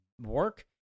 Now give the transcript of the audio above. work